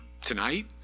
tonight